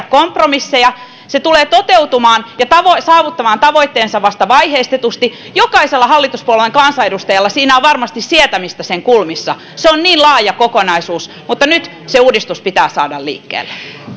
kompromisseja se tulee toteutumaan ja saavuttamaan tavoitteensa vasta vaiheistetusti jokaisella hallituspuolueen kansanedustajalla siinä on varmasti sietämistä sen kulmissa se on niin laaja kokonaisuus mutta nyt se uudistus pitää saada liikkeelle